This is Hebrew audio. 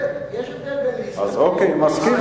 כן, יש הבדל בין להסתפק, אז אוקיי, מסכים.